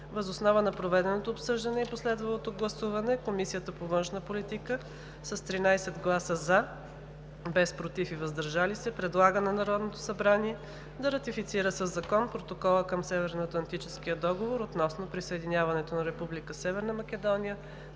Въз основа на проведеното обсъждане и последвалото гласуване Комисията по външна политика единодушно с 13 гласа „за“, без „против“ и „въздържал се“ предлага на Народното събрание да ратифицира със закон Протоколa към Северноатлантическия договор относно присъединяването на Република